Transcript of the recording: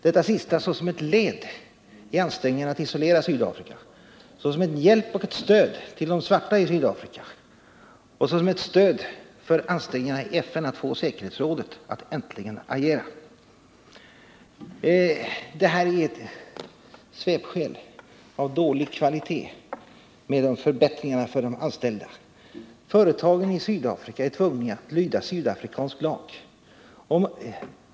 Det sista skulle utgöra ett led i ansträngningarna att isolera Sydafrika, en hjälp och ett stöd till de svarta i Sydafrika och ett stöd för ansträngningarna i FN att få säkerhetsrådet att äntligen agera. Detta med förbättringar för de anställda är svepskäl av dålig kvalitet. Företagen i Sydafrika är tvungna att lyda sydafrikansk lag.